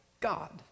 God